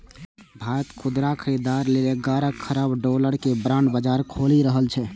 भारत खुदरा खरीदार लेल ग्यारह खरब डॉलर के बांड बाजार खोलि रहल छै